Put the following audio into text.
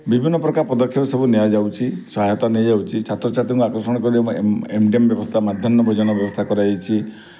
ବିଭିନ୍ନ ପ୍ରକାର ପଦକ୍ଷେପ ସବୁ ନିଆଯାଉଛି ସହାୟତା ନିଆଯାଉଛି ଛାତ୍ର ଛାତ୍ରୀଙ୍କୁ ଆକର୍ଷଣ କରିବା ପାଇଁ ଏମ୍ ଡ଼ି ଏମ୍ ବ୍ୟବସ୍ଥା ଭୋଜନ ବ୍ୟବସ୍ଥା କରାଯାଇଛି